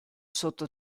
sotto